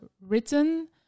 written